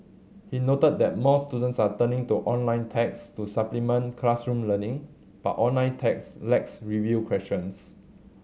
he noted that more students are turning to online text to supplement classroom learning but online text lacks review questions